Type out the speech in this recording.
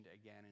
again